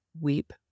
weep